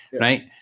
right